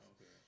Okay